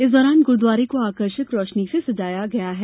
इस दौरान गुरुद्वारे को आकर्षक रोशनी से सजाया गया है